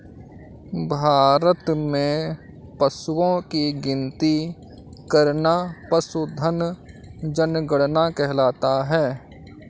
भारत में पशुओं की गिनती करना पशुधन जनगणना कहलाता है